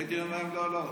הייתי אומר להם: לא, לא.